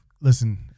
Listen